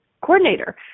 coordinator